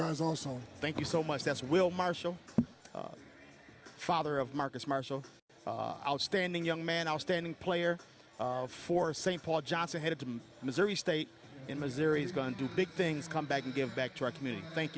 guys awesome thank you so much that's will marshall father of marcus marshall outstanding young man all standing player for st paul johnson headed to missouri state in missouri is going to do big things come back and give back to our community thank